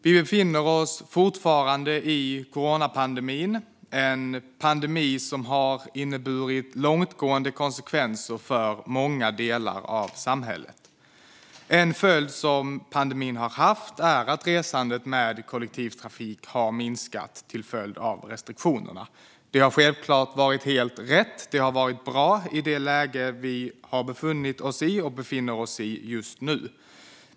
Vi befinner oss fortfarande i coronapandemin, en pandemi som har inneburit långtgående konsekvenser för många delar av samhället. Under pandemin har resandet med kollektivtrafik minskat till följd av restriktionerna. Det har självklart varit helt rätt och bra i det läge vi har befunnit och befinner oss i.